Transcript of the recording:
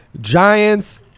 Giants